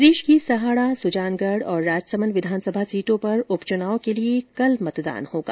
प्रदेश की सहाड़ा सुजानगढ़ और राजसमंद विधानसभा सीटों पर उप चुनाव के लिए कल मतदान होगा